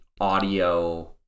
audio